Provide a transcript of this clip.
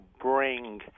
bring